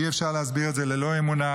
אי אפשר להסביר את זה ללא אמונה,